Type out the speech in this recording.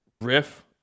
riff